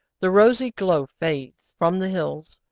the rosy glow fades from the hills.